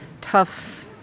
Tough